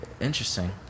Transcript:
interesting